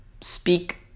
Speak